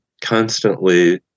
constantly